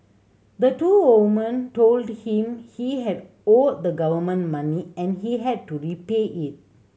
the two woman told him he had owed the government money and he had to repay it